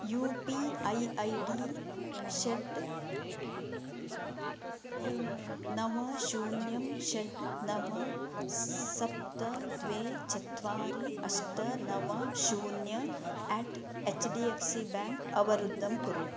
U P I I D षट् नव शून्यं षट् नव सप्त द्वे चत्वारि अष्ट नव शून्यं H D F C bank अवरुद्धं कुरु